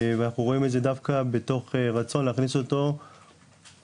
ואנחנו רואים את זה דווקא בתוך רצון להכניס אותו מאיו"ש,